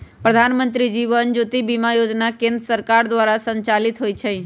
प्रधानमंत्री जीवन ज्योति बीमा जोजना केंद्र सरकार द्वारा संचालित होइ छइ